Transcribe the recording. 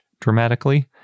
dramatically